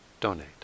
donate